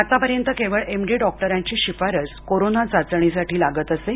आतापर्यंत केवळ M D डॉक्टरांचीच शिफारस कोरोना चाचणीसाठी लागत असे